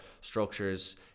structures